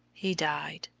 he died.